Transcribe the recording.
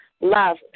love